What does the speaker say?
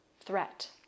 threat